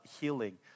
healing